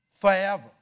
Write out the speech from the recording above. forever